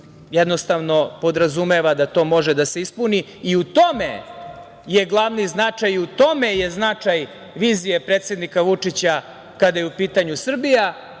jedini put koji podrazumeva da to može da se ispuni i u tome je glavni značaj i u tome je značaj vizije predsednika Vučića kada je u pitanju Srbija